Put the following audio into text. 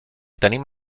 tenim